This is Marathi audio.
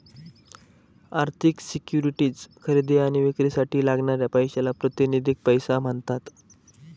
आर्थिक सिक्युरिटीज खरेदी आणि विक्रीसाठी लागणाऱ्या पैशाला प्रातिनिधिक पैसा म्हणतात